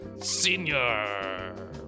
Senior